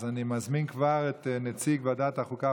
אני מזמין כבר את נציג ועדת החוקה,